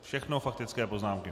Všechno faktické poznámky.